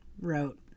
wrote